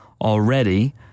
already